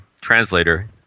translator